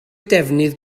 defnydd